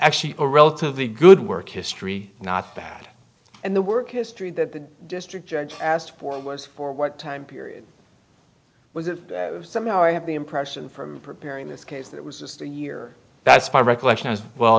actually a relatively good work history not bad and the work history that the district judge asked for was for what time period was it somehow i have the impression from preparing this case that it was just a year that's my recollection as well